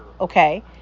okay